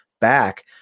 back